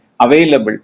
available